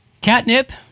Catnip